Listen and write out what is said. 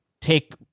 take